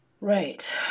Right